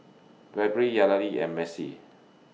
Gregory Yareli and Macie